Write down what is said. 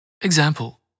Example